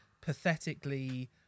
pathetically